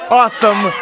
awesome